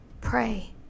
Pray